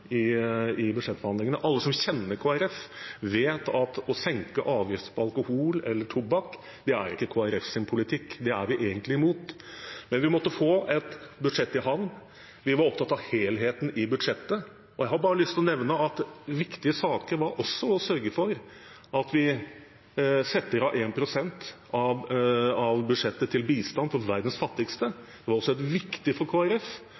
tapte i budsjettforhandlingene. Alle som kjenner Kristelig Folkeparti, vet at å senke avgiftene på alkohol eller tobakk ikke er Kristelig Folkepartis politikk. Det er vi egentlig imot. Men vi måtte få et budsjett i havn. Vi var opptatt av helheten i budsjettet, og jeg har lyst til å nevne at en viktig sak også var å sørge for at vi setter av 1 pst. av budsjettet til bistand for verdens fattige. Det var også viktig for